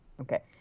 okay